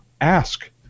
ask